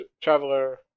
traveler